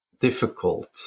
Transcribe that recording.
difficult